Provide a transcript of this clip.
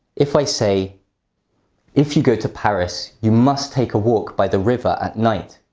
if i say if you go to paris, you must take a walk by the river at night.